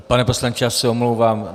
Pane poslanče, já se omlouvám.